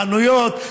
חנויות.